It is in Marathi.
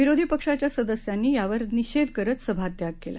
विरोधी पक्षाच्या सदस्यांनी यावर निषेध करत सभात्याग केला